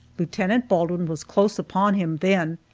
lieutenant baldwin was close upon him then,